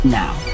now